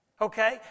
Okay